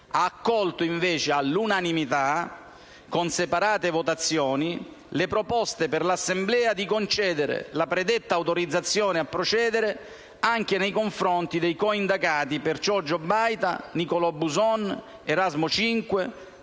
ha accolto invece all'unanimità, con separate votazioni, le proposte per l'Assemblea di concedere la predetta autorizzazione a procedere anche nei confronti dei coindagati Piergiorgio Baita, Nicolò Buson, Erasmo